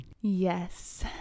Yes